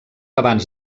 abans